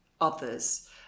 others